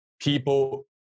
people